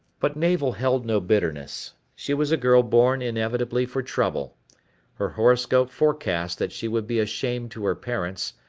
but navel held no bitterness. she was a girl born inevitably for trouble her horoscope forecast that she would be a shame to her parents,